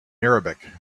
arabic